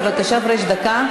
בבקשה, פריג', דקה.